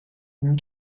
une